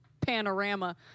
panorama